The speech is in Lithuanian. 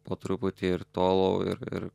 po truputį ir tolau ir ir